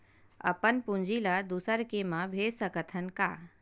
अपन पूंजी ला दुसर के मा भेज सकत हन का?